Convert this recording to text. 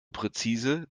präzise